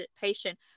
patient